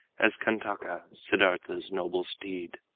as kantaka, siddartha's noble steed.